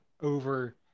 over